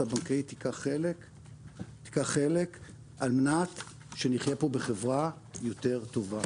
הבנקאית תיקח חלק על מנת שנחיה פה בחברה יותר טובה.